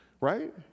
right